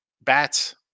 Bats